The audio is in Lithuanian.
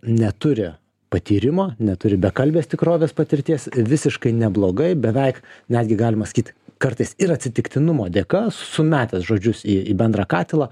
neturi patyrimo neturi be kalbės tikrovės patirties visiškai neblogai beveik netgi galima sakyt kartais ir atsitiktinumo dėka sumetęs žodžius į į bendrą katilą